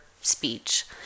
speech